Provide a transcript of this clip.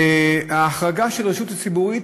ההחרגה של הרשות הציבורית,